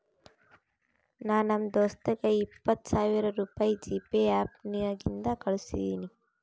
ನಾ ನಮ್ ದೋಸ್ತಗ ಇಪ್ಪತ್ ಸಾವಿರ ರುಪಾಯಿ ಜಿಪೇ ಆ್ಯಪ್ ನಾಗಿಂದೆ ಕಳುಸಿನಿ